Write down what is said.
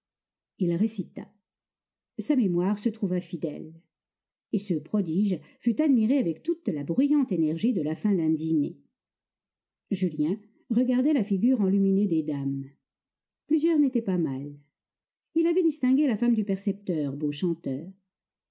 il récita sa mémoire se trouva fidèle et ce prodige fut admiré avec toute la bruyante énergie de la fin d'un dîner julien regardait la figure enluminée des dames plusieurs n'étaient pas mal il avait distingué la femme du percepteur beau chanteur